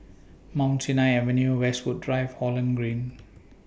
Mount Sinai Avenue Westwood Drive Holland Green